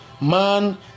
Man